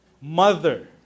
mother